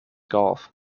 golf